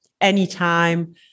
anytime